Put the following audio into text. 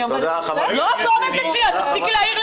אני עובדת אצלך?